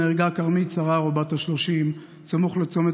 נהרגה כרמית סררו בת ה-30 סמוך לצומת